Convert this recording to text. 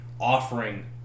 offering